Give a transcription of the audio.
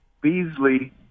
Beasley